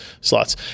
slots